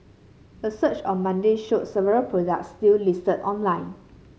a search on Monday showed several products still listed online